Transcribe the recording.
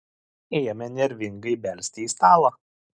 ėmė nervingai belsti į stalą